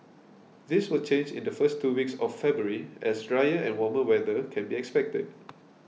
this will change in the first two weeks of February as drier and warmer weather can be expected